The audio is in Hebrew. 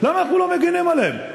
למה אנחנו לא מגינים עליהם?